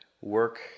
work